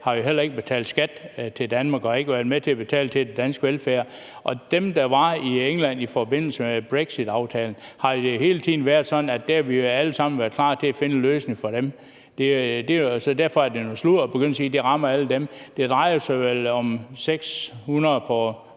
har jo heller ikke betalt skat til Danmark og har ikke været med til at betale til den danske velfærd. Og med hensyn til dem, der er i England i forbindelse med brexitaftalen, har det hele tiden været sådan, at vi alle sammen har været klar til at finde en løsning for dem. Derfor er det noget sludder at begynde at sige, at det rammer alle dem. Det er vel 600 på